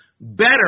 better